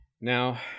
Now